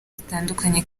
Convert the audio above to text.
zitandukanye